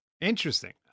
Interesting